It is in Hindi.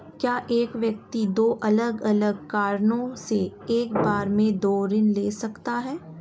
क्या एक व्यक्ति दो अलग अलग कारणों से एक बार में दो ऋण ले सकता है?